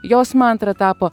jos mantra tapo